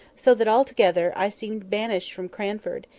so that altogether i seemed banished from cranford,